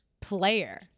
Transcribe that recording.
player